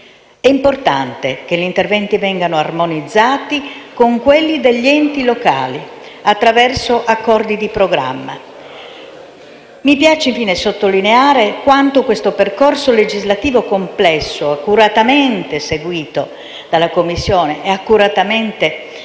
È importante che gli interventi vengano armonizzati con quelli degli enti locali, attraverso accordi di programma. Mi piace infine sottolineare quanto questo percorso legislativo complesso, accuratamente seguito dalla Commissione e accuratamente relazionato